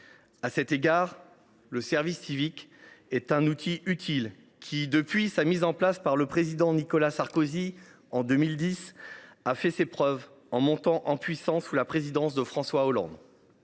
À cet égard, le service civique est un outil utile. Depuis sa mise en place par le président Nicolas Sarkozy en 2010, il a fait ses preuves, en montant en puissance sous la présidence de François Hollande.